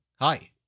Hi